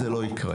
זה לא יקרה.